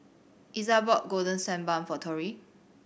Iza bought Golden Sand Bun for Torrie